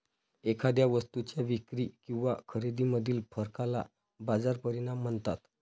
एखाद्या वस्तूच्या विक्री किंवा खरेदीमधील फरकाला बाजार परिणाम म्हणतात